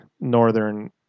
northern